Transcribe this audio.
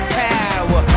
power